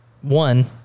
one